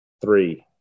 three